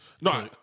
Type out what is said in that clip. No